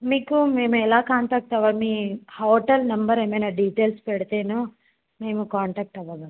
మీకు మేము ఎలా కాంటాక్ట్ అవ్వం మీ హోటల్ నంబర్ ఏమైన డీటైల్స్ పెడితే మేము కాంటాక్ట్ అవ్వగలం